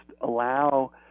allow